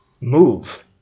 Move